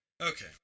Okay